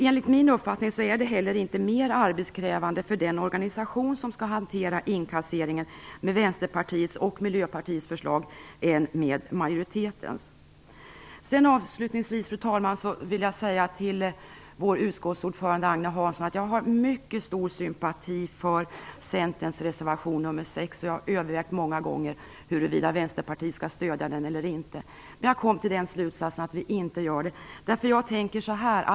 Enligt min uppfattning är det heller inte mer arbetskrävande för den organisation som skall hantera inkasseringen med Vänsterpartiets och Miljöpartiets förslag än med majoritetens. Avslutningsvis, fru talman, vill jag säga till vår utskottsordförande Agne Hansson att jag har mycket stor sympati för Centerns reservation nr 6, och jag har övervägt många gånger huruvida Vänsterpartiet skall stödja den eller inte. Men jag kom till den slutsatsen att vi inte gör det. Jag tänker så här.